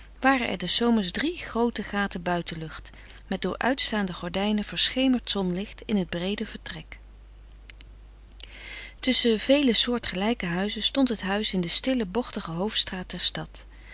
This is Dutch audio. er des zomers drie groote gaten buitenlucht met door uitstaande gordijnen verschemerd zonlicht in het breede vertrek tusschen vele soortgelijke huizen stond het huis in de stille bochtige hoofdstraat der stad